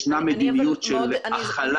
יש מדיניות של הכלה.